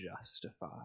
justify